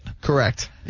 Correct